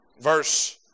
verse